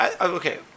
Okay